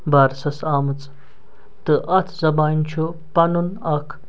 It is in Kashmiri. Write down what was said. بارسَس آمٕژ تہٕ اَتھ زبانہِ چھُ پَنُن اَکھ